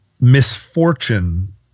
misfortune